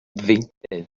ddeintydd